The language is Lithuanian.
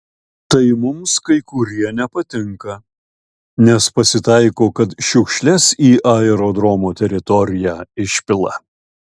tai mums kai kurie nepatinka nes pasitaiko kad šiukšles į aerodromo teritoriją išpila